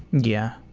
yeah.